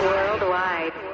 Worldwide